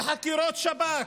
לחקירות שב"כ,